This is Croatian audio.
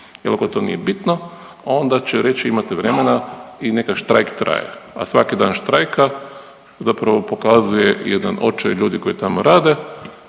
jer ako to nije bitno, onda će reći, imate vremena i neka štrajk traje, a svaki dan štrajka zapravo pokazuje jedan očaj ljudi koji tamo rade